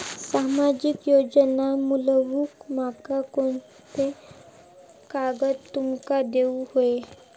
सामाजिक योजना मिलवूक माका कोनते कागद तुमका देऊक व्हये?